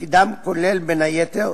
ותפקידם כולל, בין היתר,